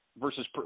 versus